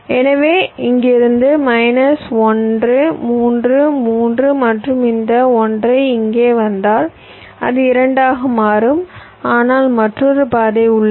எனவே இங்கிருந்து மைனஸ் 1 3 3 மற்றும் இந்த 1 ஐ இங்கு வந்தால் அது 2 ஆக மாறும் ஆனால் மற்றொரு பாதை உள்ளது